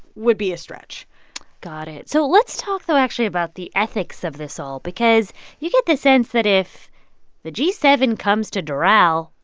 would be a stretch got it. so let's talk, though, actually about the ethics of this all because you get the sense that if the g seven comes to doral,